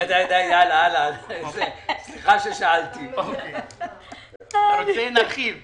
אם אתה רוצה נרחיב ...